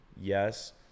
yes